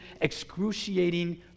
excruciating